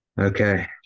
okay